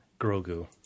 Grogu